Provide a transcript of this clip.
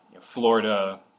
Florida